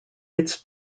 its